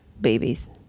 babies